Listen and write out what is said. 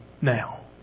now